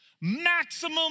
maximum